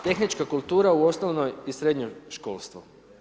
Tehnička kultura u osnovnom i srednjem školstvu.